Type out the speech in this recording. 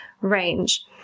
range